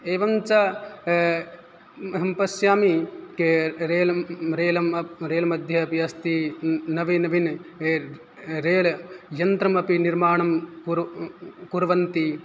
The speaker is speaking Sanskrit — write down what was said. एवञ्च अहं पश्यामि के रेलं रेलं रेल् मध्ये अपि अस्ति नवीनवीन रेल यन्त्रम् अपि निर्माणं कुर् कुर्वन्ति